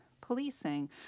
policing